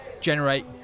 generate